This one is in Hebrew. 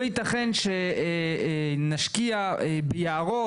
לא ייתכן שנשקיע ביערות,